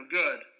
good